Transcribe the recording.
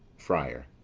friar.